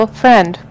friend